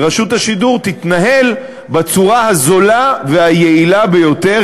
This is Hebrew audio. ורשות השידור תתנהל בצורה הזולה והיעילה ביותר.